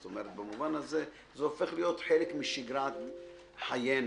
זאת אומרת, זה הופך להיות חלק משגרת חיינו.